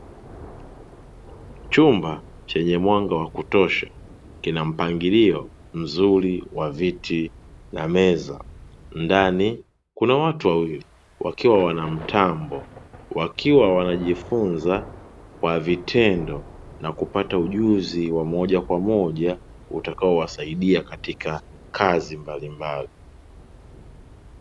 Chumba chenye mwanga wa kutosha, kina mpangalio mzuri wa viti na meza. Ndani kuna watu wawili wakiwa na mtambo, wakiwa wanajifunza kwa vitendo na kupata ujuzi wa moja kwa moja utakaowasaidia katika kazi mbalimbali